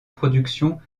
production